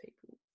people